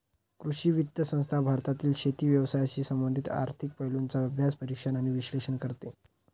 कृषी वित्त संस्था भारतातील शेती व्यवसायाशी संबंधित आर्थिक पैलूंचा अभ्यास, परीक्षण आणि विश्लेषण करते